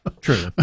True